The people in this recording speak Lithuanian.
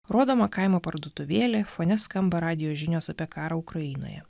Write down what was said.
rodoma kaimo parduotuvėlė fone skamba radijo žinios apie karą ukrainoje